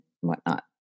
whatnot